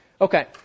Okay